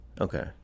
Okay